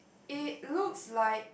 it looks like